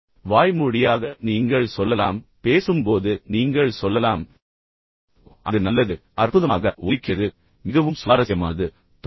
வாய்மொழியாக நீங்கள் சொல்லலாம் பேசும்போது நீங்கள் சொல்லலாம் ஓ அது நல்லது அற்புதமாக ஒலிக்கிறது மிகவும் சுவாரஸ்யமானது தொடருங்கள்